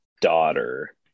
daughter